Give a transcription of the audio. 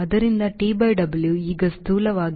ಆದ್ದರಿಂದ TW ಈಗ ಸ್ಥೂಲವಾಗಿ 1